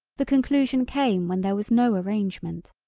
the conclusion came when there was no arrangement.